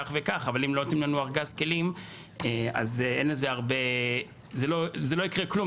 אבל אם לא נותנים לנו ארגז כלים - לא יקרה כלום.